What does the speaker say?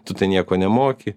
tu tai nieko nemoki